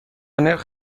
نرخ